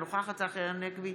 אינה נוכחת צחי הנגבי,